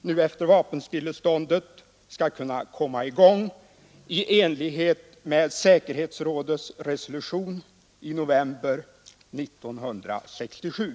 nu efter vapenstilleståndet skall kunna komma i gång i enlighet med säkerhetsrådets resolution i november 1967.